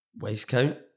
Waistcoat